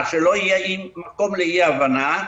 שלא יהיה מקום לאי-הבנה,